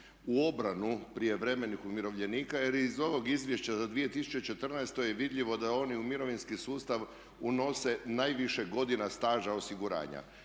u obranu prijevremenih umirovljenika jer je i iz ovog izvješća za 2014. vidljivo da oni u mirovinski sustav unose najviše godina staža osiguranja,